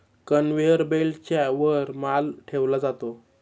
conveyor बेल्टच्या वर माल ठेवला जातो